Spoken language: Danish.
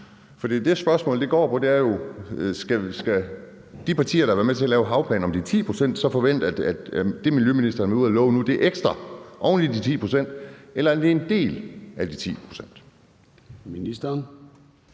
For det, spørgsmålet går på, er jo, om de partier, der har været med til at lave havplanen om de 10 pct., så skal forvente, at det, miljøministeren nu har været ude at love, er noget ekstra, altså oven i de 10 pct. Eller er det en del af de 10 pct.?